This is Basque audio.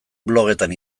blogetan